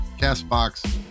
CastBox